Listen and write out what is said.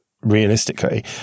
realistically